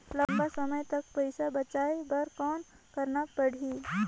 लंबा समय तक पइसा बचाये बर कौन करना पड़ही?